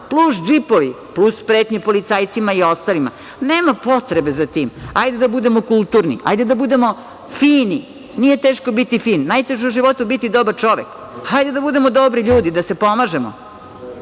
plus džipovi, plus pretnje policajcima i ostalima? Nema potrebe za tim. Hajde da budemo kulturni, hajde da budemo fini, nije teško biti fin. Najteže je u životu biti dobar čovek. Hajde da budemo dobri ljudi i da se pomažemo.